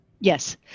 yes